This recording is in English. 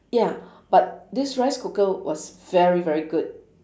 ya but this rice cooker was very very good